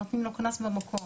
נותנים לו קנס במקום,